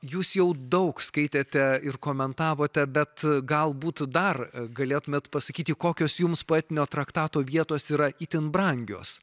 jūs jau daug skaitėte ir komentavote bet galbūt dar galėtumėt pasakyti kokios jums poetinio traktato vietos yra itin brangios